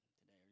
today